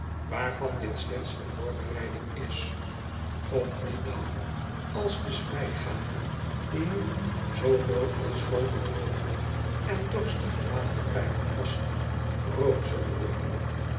waarvan dit slechts de voorbereiding is op dien dag als de spijgaten die nu zoo mooi als groote droge en dorstige waterpijpen passen rood zullen worden